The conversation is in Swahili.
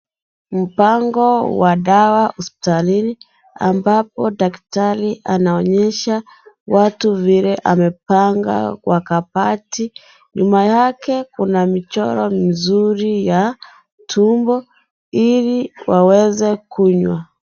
Mpango wa dawa hospitalini ambapo daktari anaonyesha watu vile amepnga kwa kabati. Nyuma yake Kuna mchoro wa tumbo ili waweze kunywa.